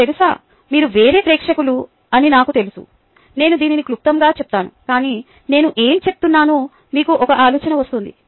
మీకు తెలుసా మీరు వేరే ప్రేక్షకులు అని నాకు తెలుసు నేను దీనిని క్లుప్తంగా చెప్తాను కాని నేను ఏమి చేస్తున్నానో మీకు ఒక ఆలోచన వస్తుంది